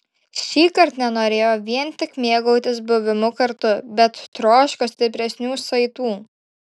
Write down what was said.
šįkart nenorėjo vien tik mėgautis buvimu kartu bet troško stipresnių saitų